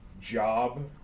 job